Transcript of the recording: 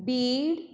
bid